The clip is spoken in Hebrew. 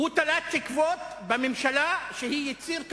הוא תלה תקוות בממשלה שהיא יציר כפיו.